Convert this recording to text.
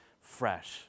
fresh